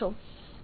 5